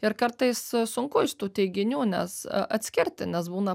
ir kartais sunku iš tų teiginių nes atskirti nes būna